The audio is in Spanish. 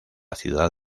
ciudad